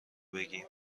بگیم